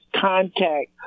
contact